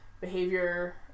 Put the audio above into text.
Behavior